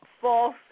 false